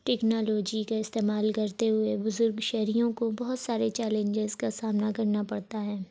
technology کا استعمال کرتے ہوئے بزرگ شہریوں کو بہت سارے چیلنجز کا سامنا کرنا پڑتا ہے